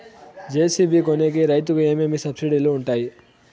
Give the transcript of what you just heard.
JCB కొనేకి రైతుకు ఏమేమి సబ్సిడి లు వుంటాయి?